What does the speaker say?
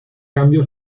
cambio